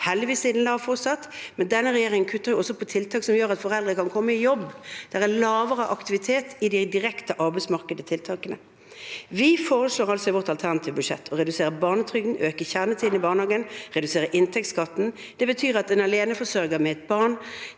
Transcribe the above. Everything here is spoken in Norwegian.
heldigvis er den lav fortsatt, men denne regjeringen kutter også i tiltak som gjør at foreldre kan komme i jobb. Det er lavere aktivitet i de direkte arbeidsmarkedstiltakene. Vi foreslår i vårt alternative budsjett å redusere barnetrygden, øke kjernetiden i barnehagen og redusere inntektsskatten. Det betyr at en aleneforsørger med et barn